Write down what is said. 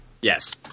Yes